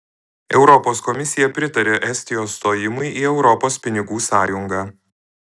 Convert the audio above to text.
europos komisija pritaria estijos stojimui į europos pinigų sąjungą